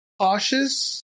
cautious